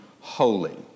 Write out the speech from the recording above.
holy